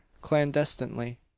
clandestinely